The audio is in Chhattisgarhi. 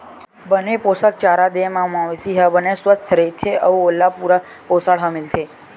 बने पोसक चारा दे म मवेशी ह बने सुवस्थ रहिथे अउ ओला पूरा पोसण ह मिलथे